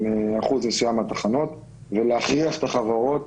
עם אחוז מסוים מהתחנות ולהכריח את החברות,